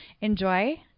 enjoy